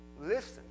Listen